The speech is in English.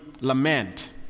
lament